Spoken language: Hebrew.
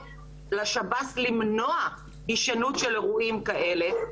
לשב"ס למנוע הישנות של אירועים כאלה.